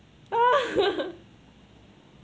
oh